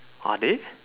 are they